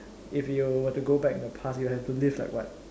if you were to go back in the past you have you live like what